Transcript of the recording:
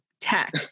tech